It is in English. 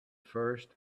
first